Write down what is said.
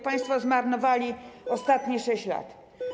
Państwo zmarnowali ostatnie 6 lat.